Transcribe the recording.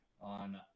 on